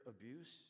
abuse